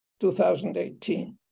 2018